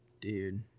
Dude